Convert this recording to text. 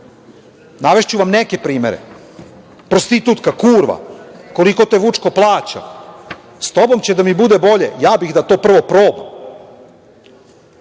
vlasti. Navešću vam neke primere - prostitutka, kurva, koliko te Vučko plaća, s tobom će da mi bude bolje, ja bih da to prvo probam. Ja